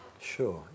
Sure